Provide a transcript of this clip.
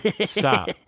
Stop